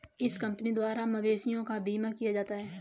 इस कंपनी द्वारा मवेशियों का बीमा किया जाता है